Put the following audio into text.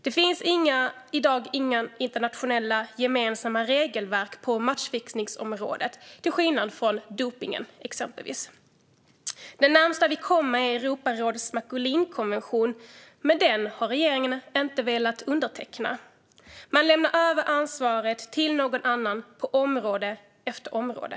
Det finns i dag inga internationella gemensamma regelverk på matchfixningsområdet, till skillnad från vad gäller exempelvis dopningen. Det närmaste vi kommer är Europarådets Macolinkonvention, men den har regeringen inte velat underteckna. Man lämnar över ansvaret till någon annan på område efter område.